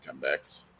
comebacks